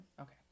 Okay